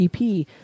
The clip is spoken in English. EP